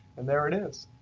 and there it is.